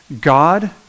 God